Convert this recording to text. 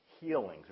healings